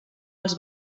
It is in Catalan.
els